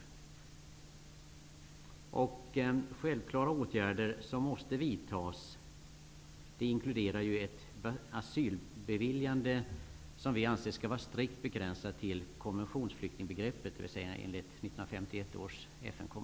Vi anser att de självklara åtgärder som måste vidtas inkluderar ett asylbeviljande strikt begränsat till konventionsflyktingbegreppet enligt 1951 års konvention.